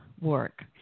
work